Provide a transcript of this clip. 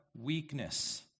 weakness